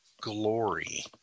glory